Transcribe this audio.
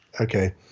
Okay